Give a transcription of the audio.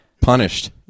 punished